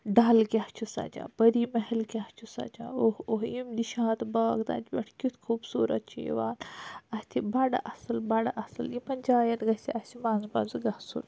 ڈَل کیاہ چھُ سَجان پٔری محل کیاہ چھُ سَجان اوٚہ اوٚہ یِم نِشات باغ تَتہِ پٮ۪ٹھ کیُتھ خوبصورَت چھِ یِوان اَتھہِ بَڑٕ اَصٕل بَڑٕ اَصٕل یِمَن جایَن گَژھہِ اَسہِ منٛزٕ منٛزٕ گَژھن